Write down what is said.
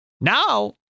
now